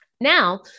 Now